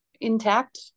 intact